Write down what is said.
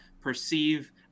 perceive